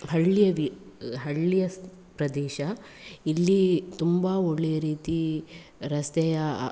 ಹಳ್ಳಿಯ ವಿ ಹಳ್ಳಿಯ ಪ್ರದೇಶ ಇಲ್ಲಿ ತುಂಬ ಒಳ್ಳೆಯ ರೀತಿ ರಸ್ತೆಯ ಅ